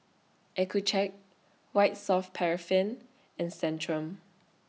Accucheck White Soft Paraffin and Centrum